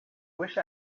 wished